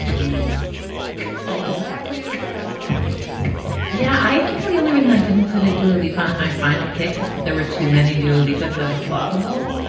he's exactly where i want me yeah. i think the only reason i didn't put it to sleep on my final picks. there were too many do sleepers that were plausible.